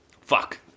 Fuck